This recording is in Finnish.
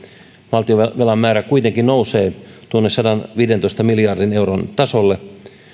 valtionvelan määrä kuitenkin nousee tuonne sadanviidentoista miljardin euron tasolle